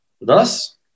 thus